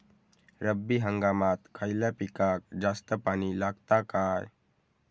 रब्बी हंगामात खयल्या पिकाक जास्त पाणी लागता काय?